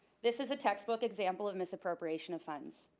this is a textbook example of misappropriation of funds.